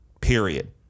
Period